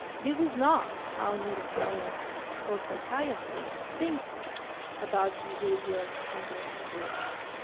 this is not how neuroscience or psychiatry think about behavior and brain disorders.